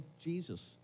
Jesus